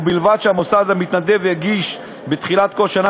ובלבד שהמוסד המתנדב יגיש בתחילת כל שנה